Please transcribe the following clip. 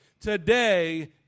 Today